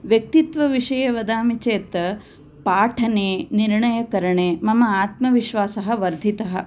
व्यक्तित्वविषये वदामि चेत् पाठने निर्णयकरणे मम आत्मविश्वासः वर्धितः